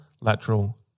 lateral